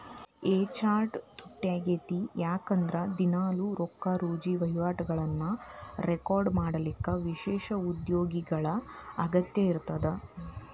A chart ತುಟ್ಯಾಕ್ಕೇತಿ ಯಾಕಂದ್ರ ದಿನಾಲೂ ರೊಕ್ಕಾರುಜಿ ವಹಿವಾಟುಗಳನ್ನ ರೆಕಾರ್ಡ್ ಮಾಡಲಿಕ್ಕ ವಿಶೇಷ ಉದ್ಯೋಗಿಗಳ ಅಗತ್ಯ ಇರ್ತದ